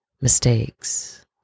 mistakes